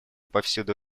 повсюду